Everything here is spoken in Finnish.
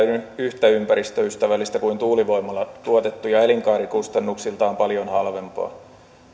yhtä ympäristöystävällistä kuin tuulivoimalla tuotettu ja elinkaarikustannuksiltaan paljon halvempaa